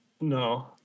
No